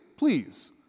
Please